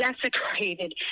desecrated